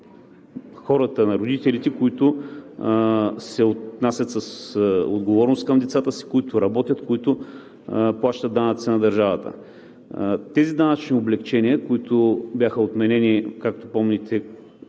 на родителите, които се отнасят с отговорност към децата си, които работят, плащат данъци на държавата. Тези данъчни облекчения, които бяха отменени, както помните,